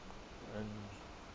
and